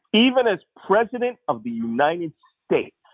even as president of the united states,